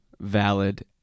valid